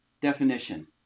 definition